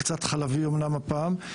קצת חלבי אמנם הפעם.